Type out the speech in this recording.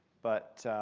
but